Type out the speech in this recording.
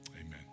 amen